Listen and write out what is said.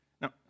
Now